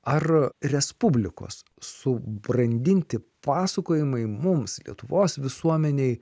ar respublikos subrandinti pasakojimai mums lietuvos visuomenei